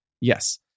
Yes